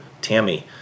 Tammy